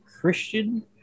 Christian